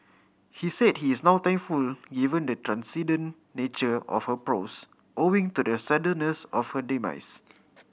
he said he is now thankful given the transcendent nature of her prose owing to the suddenness of her demise